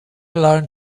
learn